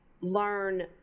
learn